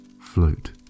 float